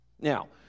Now